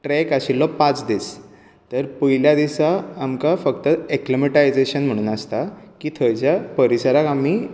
trek आशिल्लो पांच दीस तर पयल्या दिसा आमकां एक्लमटायजेशन म्हण आसता की थंयच्या परिसराक आमी